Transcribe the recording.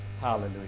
Hallelujah